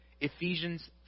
Ephesians